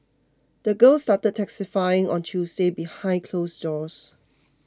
the girl started testifying on Tuesday behind closed doors